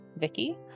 Vicky